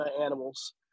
animals